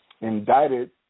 indicted